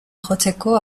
jotzeko